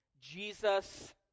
Jesus